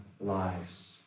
lives